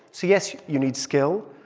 so yes, you need skill,